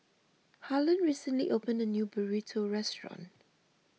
Harlon recently opened a new Burrito restaurant